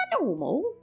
normal